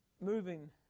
moving